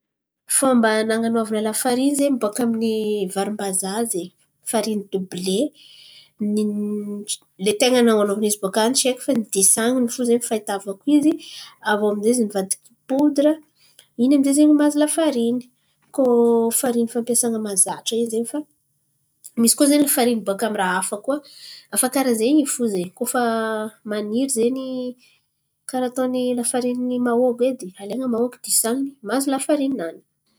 Fômba nan̈anaovana lafarìny zen̈y boaka amin'ny varim-bazaha zen̈y farìny do bile. Niny lay ten̈a nan̈anaovana izy bòka an̈y tsy haiko fa nidisan̈iny fo zen̈y fahitavako izy. Aviô amy zay izy nivadiky podira. in̈y aminjay zen̈y mahazo lafarìny. Koa farìny fampiasan̈a mahazatra in̈y zen̈y. Fa misy koa zen̈y farìny boaka amy raha hafa koa. Afa karà zen̈y fo zen̈y koa fa maniry zen̈y. Karà ataony lafarìnin'ny mahôgo edy, alain̈a mahôgo disan̈iny mahazo lafarìninany.